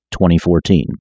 2014